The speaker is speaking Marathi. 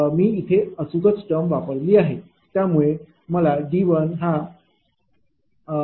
मी इथे अचूक च टर्म वापरली आहे